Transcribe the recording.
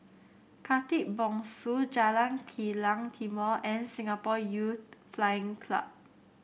Khatib Bongsu Jalan Kilang Timor and Singapore Youth Flying Club